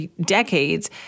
decades